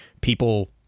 people